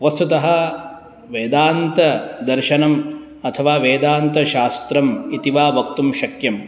वस्तुतः वेदान्तदर्शनम् अथवा वेदान्तशास्त्रम् इति वा वक्तुं शक्यं